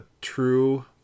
true